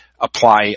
apply